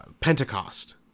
Pentecost